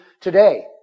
today